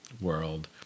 world